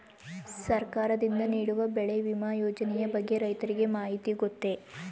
ಸರ್ಕಾರದಿಂದ ನೀಡುವ ಬೆಳೆ ವಿಮಾ ಯೋಜನೆಯ ಬಗ್ಗೆ ರೈತರಿಗೆ ಮಾಹಿತಿ ಗೊತ್ತೇ?